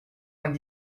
vingt